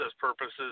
purposes